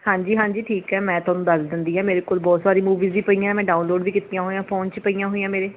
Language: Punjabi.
ਹਾਂਜੀ ਹਾਂਜੀ ਠੀਕ ਹੈ ਮੈਂ ਤੁਹਾਨੂੰ ਦੱਸ ਦਿੰਦੀ ਹਾਂ ਮੇਰੇ ਕੋਲ਼ ਬਹੁਤ ਸਾਰੀ ਮੂਵੀਜ਼ ਵੀ ਪਈਆਂ ਮੈਂ ਡਾਊਨਲੋਡ ਵੀ ਕੀਤੀਆਂ ਹੋਈਆਂ ਫੋਨ 'ਚ ਪਈਆਂ ਹੋਈਆਂ ਮੇਰੇ